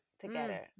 together